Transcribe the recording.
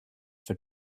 for